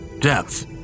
Depth